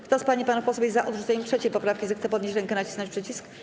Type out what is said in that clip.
Kto z pań i panów posłów jest za odrzuceniem 3. poprawki, zechce podnieść rękę i nacisnąć przycisk.